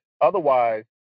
Otherwise